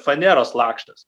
faneros lakštas